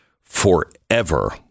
forever